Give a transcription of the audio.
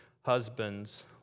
Husbands